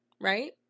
Right